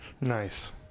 Nice